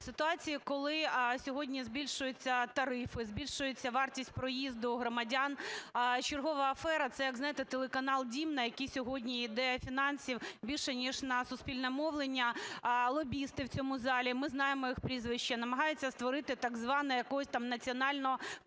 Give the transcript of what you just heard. ситуації, коли сьогодні збільшуються тарифи, збільшується вартість проїзду громадян, чергова афера – це, як знаєте, телеканал "Дім", на який сьогодні йде фінансів більше, ніж на суспільне мовлення, а лобісти в цьому залі, ми знаємо їх прізвища, намагаються створити так званого якогось там